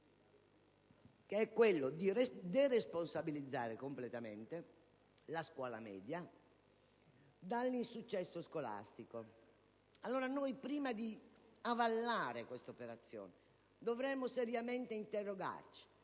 che è quello di deresponsabilizzare completamente la scuola media rispetto all'insuccesso scolastico. Prima di avallare questa operazione, noi dovremmo seriamente interrogarci